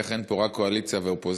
איך אין פה רק קואליציה ואופוזיציה,